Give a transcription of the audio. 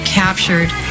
captured